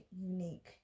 unique